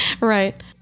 Right